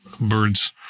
birds